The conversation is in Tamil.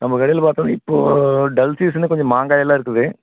நம்ம கடையில் பார்த்தோனா இப்போது டல் சீசனில் கொஞ்சம் மாங்காயெலாம் இருக்குது